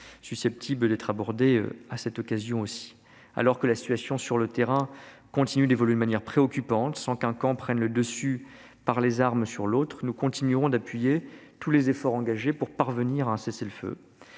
Conseil européen : celle de l'Éthiopie. Alors que la situation sur le terrain continue d'évoluer de manière préoccupante et sans qu'un camp prenne le dessus sur l'autre par les armes, nous continuerons d'appuyer tous les efforts engagés pour parvenir à un cessez-le-feu.